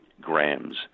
grams